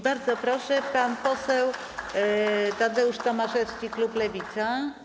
Bardzo proszę pan poseł Tadeusz Tomaszewski, klub Lewica.